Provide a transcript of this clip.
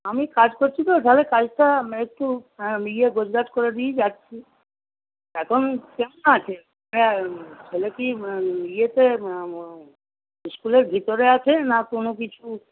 আমি কাজ করছি তো তাহলে কাজটা মানে একটু হ্যাঁ ইয়ে গোছগাছ করে দিয়েই যাচ্ছি এখন কেমন আছে হ্যাঁ ছেলে কি ইয়েতে ইস্কুলের ভিতরে আছে না কোনো কিছু